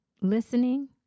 listening